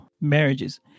Marriages